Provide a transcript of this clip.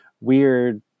weird